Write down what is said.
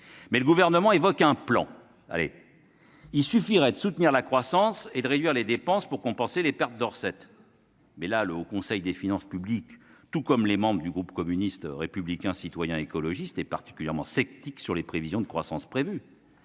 Le Gouvernement évoque un plan : il suffirait de soutenir la croissance et de réduire les dépenses pour compenser les pertes de recettes. Mais le Haut Conseil des finances publiques, tout comme les membres du groupe communiste républicain citoyen et écologiste, est particulièrement sceptique sur les prévisions de croissance.